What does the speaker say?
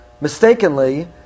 mistakenly